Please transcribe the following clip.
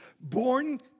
born